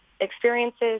experiences